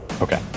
Okay